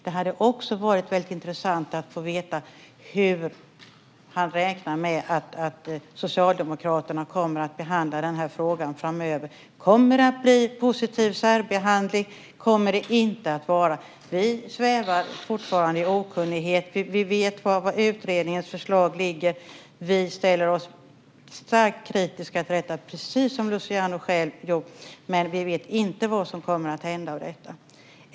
Det hade också varit väldigt intressant att få veta hur han räknar med att Socialdemokraterna kommer att behandla den här frågan framöver. Kommer det att bli positiv särbehandling? Kommer det inte att bli så? Vi svävar fortfarande i okunnighet. Vi vet bara var utredningens förslag ligger. Vi ställer oss starkt kritiska till detta, precis som Luciano själv gjort, men vi vet inte vad som kommer att hända med detta.